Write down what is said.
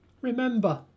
Remember